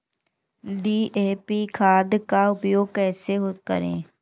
DAP खाद का उपयोग कैसे करें?